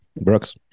Brooks